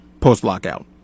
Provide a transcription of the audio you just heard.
post-lockout